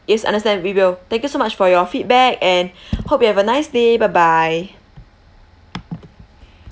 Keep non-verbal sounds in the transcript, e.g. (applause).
yes understand we will thank you so much for your feedback and (breath) hope you have a nice day bye bye